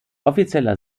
offizieller